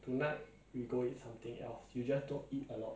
I don't know lah because right now I want to lose weight mah that is why